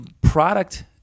product